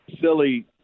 silly